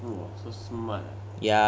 !wah! so smart ah